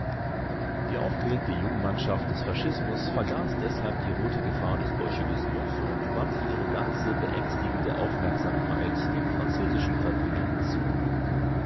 die aufgeregte jungmannschaft des fascismus vergaß deshalb die rote gefahr des bolschewismus und wandte ihre ganze beängstigende aufmerksamkeit dem französischen verbündeten zu